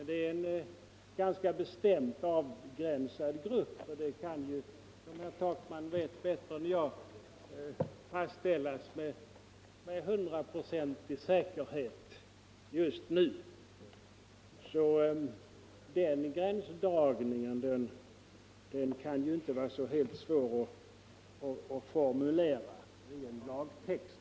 Det är en ganska bestämt avgränsad grupp, och herr Takman vet bättre än jag att det nu kan fastställas med hundraprocentig säkerhet att funktionerna har upphört. Den gränsdragningen kan alltså inte vara så svår att göra i en lagtext.